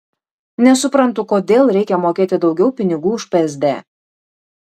nesuprantu kodėl reikia mokėti daugiau pinigų už psd